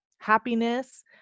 happiness